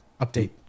update